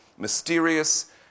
Mysterious